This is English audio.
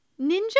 Ninja